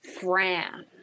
Fran